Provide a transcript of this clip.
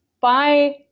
Bye